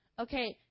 Okay